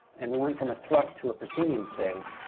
and we went from a thrust to a proscenium stage,